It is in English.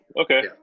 Okay